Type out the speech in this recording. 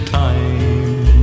time